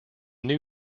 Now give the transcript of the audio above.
new